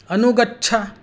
अनुगच्छ